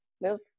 move